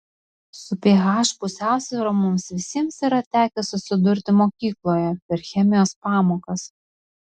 su ph pusiausvyra mums visiems yra tekę susidurti mokykloje per chemijos pamokas